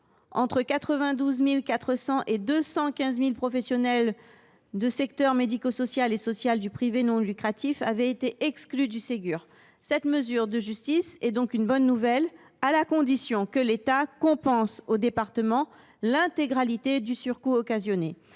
entre 92 400 et 215 000 professionnels de secteurs médico social et social du privé non lucratif avaient été exclus du Ségur. Cette mesure de justice est donc une bonne nouvelle, à la condition que l’État compense aux départements l’intégralité du surcoût occasionné.